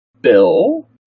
Bill